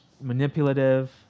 manipulative